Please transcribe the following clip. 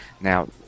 Now